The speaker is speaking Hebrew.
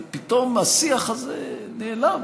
ופתאום השיח הזה נעלם.